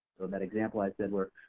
that example i said where,